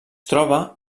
troba